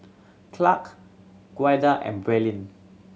Clark Ouida and Braylen